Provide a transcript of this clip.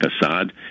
Assad